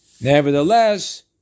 Nevertheless